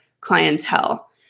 clientele